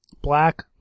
Black